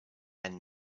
and